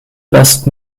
best